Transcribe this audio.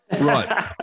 Right